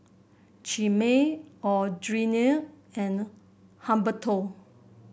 Chimere Audriana and Humberto